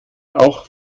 auch